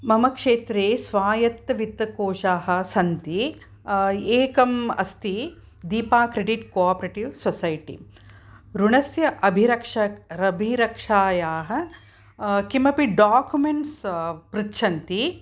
मम क्षेत्रे स्वायत्तवित्तकोषाः सन्ति एकं अस्ति Deepa credit cooperative society ऋणस्य अभिरक्ष अभिरक्षायाः किमपि डोकुमेण्ट्स् पृच्छन्ति